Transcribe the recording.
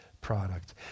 product